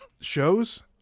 shows